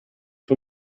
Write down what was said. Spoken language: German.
für